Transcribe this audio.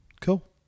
Cool